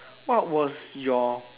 what was your